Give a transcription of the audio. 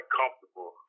comfortable